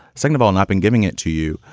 scannable, not been giving it to you.